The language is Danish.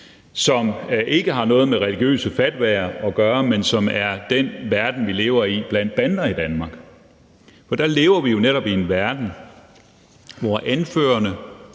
som ikke har noget med religiøse fatwaer at gøre, men som er den verden, vi lever i med bander i Danmark, for der lever vi jo netop i en verden, hvor anførerne,